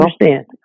understand